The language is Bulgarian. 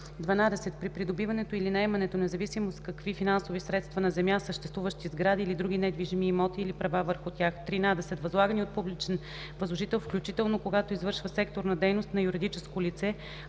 12. при придобиването или наемането, независимо с какви финансови средства, на земя, съществуващи сгради или други недвижими имоти или права върху тях; 13. възлагани от публичен възложител, включително когато извършва секторна дейност, на юридическо лице,